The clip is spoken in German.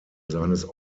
seines